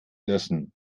löschen